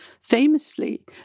Famously